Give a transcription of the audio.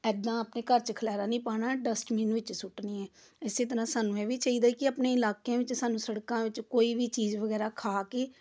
ਐਦਾਂ ਆਪਣੇ ਘਰ 'ਚ ਖਿਲਾਰਾ ਨਹੀਂ ਪਾਉਣਾ ਡਸਟਬੀਨ ਵਿੱਚ ਸੁੱਟਣੀ ਹੈ ਇਸੇ ਤਰ੍ਹਾਂ ਸਾਨੂੰ ਇਹ ਵੀ ਚਾਹੀਦਾ ਕੀ ਆਪਣੇ ਇਲਾਕਿਆਂ ਵਿੱਚ ਸਾਨੂੰ ਸੜਕਾਂ ਵਿੱਚ ਕੋਈ ਵੀ ਚੀਜ਼ ਵਗੈਰਾ ਖਾ ਕੇ